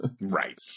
Right